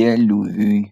deliuviui